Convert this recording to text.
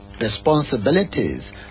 responsibilities